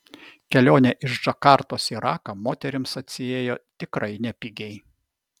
kelionė iš džakartos į raką moterims atsiėjo tikrai nepigiai